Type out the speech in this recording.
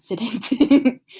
incident